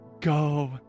Go